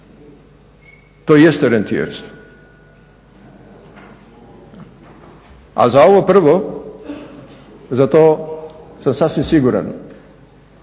To jeste rentijerstvo. A za ovo prvo, za to sam sasvim siguran